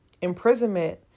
imprisonment